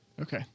Okay